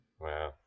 Wow